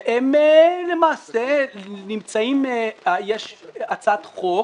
והם למעשה נמצאים יש הצעת חוק